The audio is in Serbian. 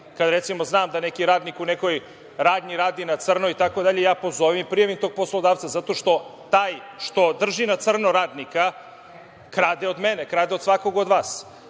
kada recimo znam da neki radnik u nekoj radnji radi na crno, ja pozovem i prijavim tog poslodavca, zato što taj što drži na crno radnika, krade od mene, od svakog od vas,